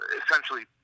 essentially